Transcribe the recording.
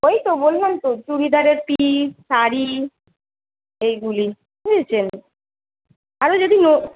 ওই তো বললাম তো চুরিদারের পিস শাড়ি এইগুলিই বুঝেছেন আরও যদি নো